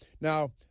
Now